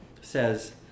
says